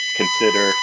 consider